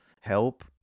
help